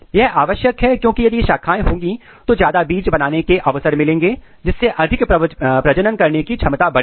यह आवश्यक है क्योंकि यदि ज्यादा शाखाएं होंगी तो ज्यादा बीज बनाने के अवसर मिलेंगे जिससे अधिक प्रजनन करने की क्षमता बढ़ेगी